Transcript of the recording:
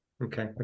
Okay